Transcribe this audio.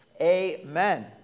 amen